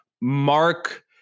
Mark